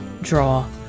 draw